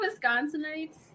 Wisconsinites